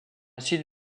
suite